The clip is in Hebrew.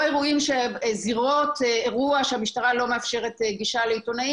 או זירות אירוע שהמשטרה לא מאפשרת גישה לעיתונאים,